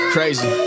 Crazy